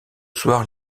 soir